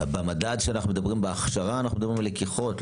במדד של ההכשרה אנחנו מדברים גם על לקיחות.